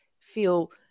feel